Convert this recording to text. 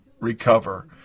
recover